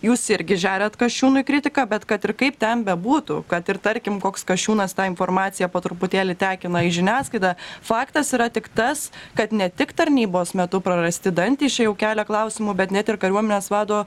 jūs irgi žeriat kasčiūnui kritiką bet kad ir kaip ten bebūtų kad ir tarkim koks kasčiūnas tą informaciją po truputėlį tekina į žiniasklaidą faktas yra tik tas kad ne tik tarnybos metu prarasti dantys čia jau kelia klausimų bet net ir kariuomenės vado